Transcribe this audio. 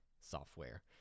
software